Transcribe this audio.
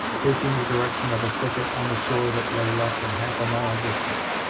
taking the direction of a thicket on the shore that lay less than half a mile distant.